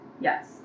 Yes